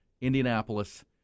Indianapolis